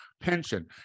pension